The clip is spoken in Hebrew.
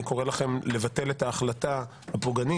אני קורא לכם לבטל את ההחלטה הפוגענית